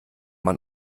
man